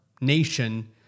nation